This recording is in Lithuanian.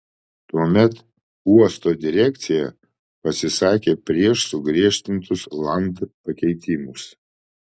tuomet uosto direkcija pasisakė prieš sugriežtintus land pakeitimus